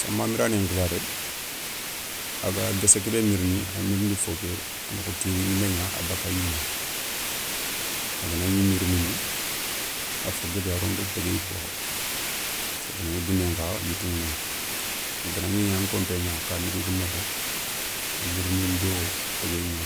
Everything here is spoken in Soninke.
Samba nbirané nkhibaré a ga guéssé kébé mirini a mirindi fo ké a na kho tiiri gnimé gna a bakka a yimma. A gana gni mirindini a fo guébé a rono do téguéyou kouwa. séli gana gni gounén kha yitou ηa noηa. Gana gni konpé gna kani koukou nokho a mirini do téguéyé gna.